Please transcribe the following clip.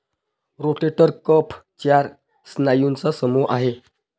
rotator cuff चार स्नायूंचा समूह आहे